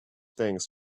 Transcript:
things